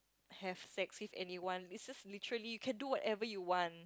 have sex with anyone is just literally you can do whatever you want